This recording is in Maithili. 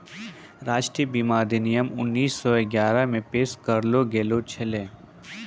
राष्ट्रीय बीमा अधिनियम उन्नीस सौ ग्यारहे मे पेश करलो गेलो छलै